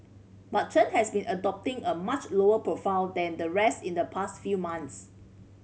but Chen has been adopting a much lower profile than the rest in the past few months